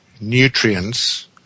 nutrients